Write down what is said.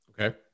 Okay